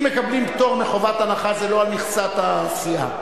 אם מקבלים פטור מחובת הנחה זה לא על מכסת הסיעה,